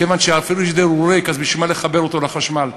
כיוון שהפריג'ידר ריק ובשביל מה לחבר אותו לחשמל,